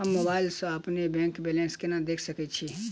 हम मोबाइल सा अपने बैंक बैलेंस केना देख सकैत छी?